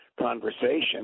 Conversation